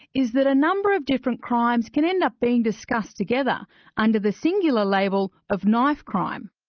is that a number of different crimes can end up being discussed together under the singular label of knife crime.